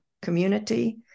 community